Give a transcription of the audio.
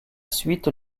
suite